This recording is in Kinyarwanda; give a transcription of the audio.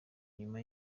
nyuma